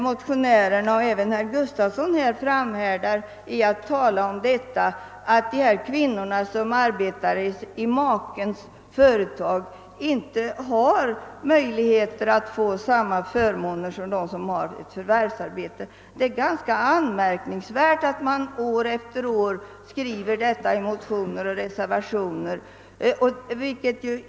Motionärerna framhärdar i att tala om att de kvinnor som arbetar i makens företag inte har samma förmåner som övriga kvinnor med ett förvärvsarbete. Det är ganska anmärkningsvärt att man år efter år skriver detta i motioner och reservationer.